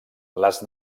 les